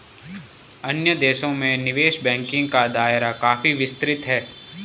अन्य देशों में निवेश बैंकिंग का दायरा काफी विस्तृत है